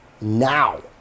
now